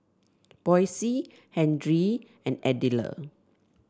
Boysie Henry and Ardelia